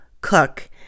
cook